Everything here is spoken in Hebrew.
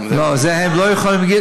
זה לא נכון.